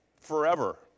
forever